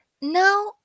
Now